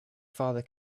father